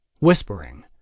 whispering